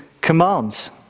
commands